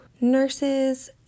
nurses